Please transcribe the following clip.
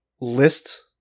list